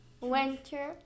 Winter